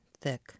thick